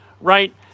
right